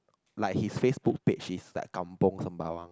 like his FaceBook page is like Kampung Sembawang